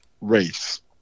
race